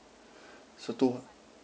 so two